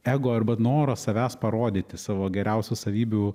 ego arba noras savęs parodyti savo geriausių savybių